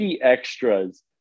extras